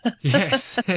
Yes